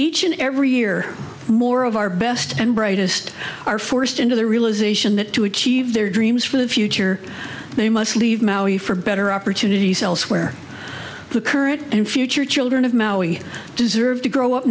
each and every year more of our best and brightest are forced into the realization that to achieve their dreams for the future they must leave you for better opportunities elsewhere the current and future children of mowing deserve to grow up